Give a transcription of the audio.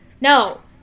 no